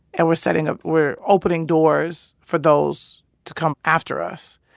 and we're setting up we're opening doors for those to come after us.